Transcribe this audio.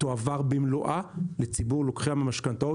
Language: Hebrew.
תועבר במלואה לציבור לוקחי המשכנתאות